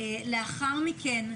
לאחר מכן,